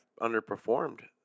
underperformed